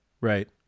Right